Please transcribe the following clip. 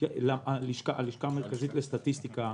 הלשכה המרכזית לסטטיסטיקה.